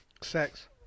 sex